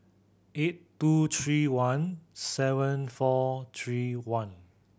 eight two three one seven four three one